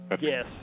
Yes